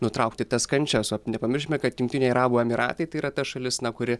nutraukti tas kančias o nepamirškime kad jungtiniai arabų emyratai tai yra ta šalis na kuri